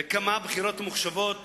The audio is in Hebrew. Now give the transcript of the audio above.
ועד כמה בחירות ממוחשבות